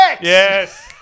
Yes